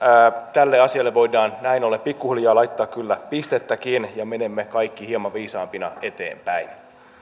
tälle asialle voidaan näin ollen pikkuhiljaa laittaa kyllä pistettäkin ja menemme kaikki hieman viisaampina eteenpäin